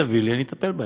תביאי אלי ואני אטפל.